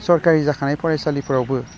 सरकारि जाखांनाय फरायसालिफ्रावबो